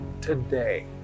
today